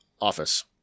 office